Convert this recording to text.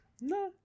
No